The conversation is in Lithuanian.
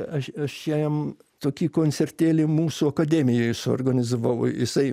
aš aš jam tokį koncertėlį mūsų akademijoj suorganizavau jisai